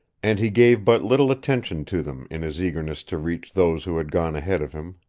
and he gave but little attention to them in his eagerness to reach those who had gone ahead of him.